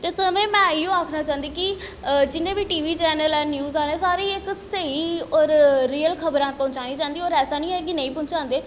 ते सभनें गी में इ'यो आखना चांह्दी कि जिन्ने बी टी वी चैनल ऐ न्यूज आह्ले सारें गी इक स्हेई होर रियल खबरां पहुँचानियां चाहि दियां होर ऐसी निं ऐ कि नेईं पहुँचांदे